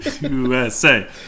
USA